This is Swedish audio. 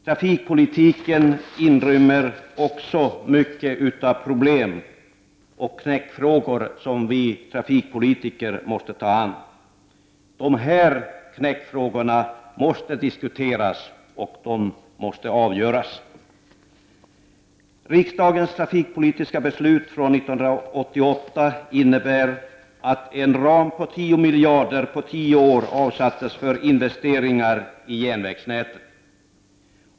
Trafikpolitiken inrymmer också mycket av problem och knäckfrågor som vi trafikpolitiker måste ta oss an. Dessa knäckfrågor måste debatteras och avgöras. Riksdagens trafikpolitiska beslut från 1988 innebar att en ram på 10 miljarder på tio år avsattes för investeringar i järnvägsnätet.